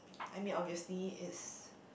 I mean obviously it's